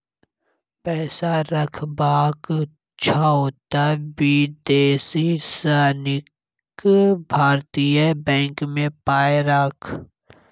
पैसा रखबाक छौ त विदेशी सँ नीक भारतीय बैंक मे पाय राख